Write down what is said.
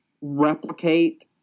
replicate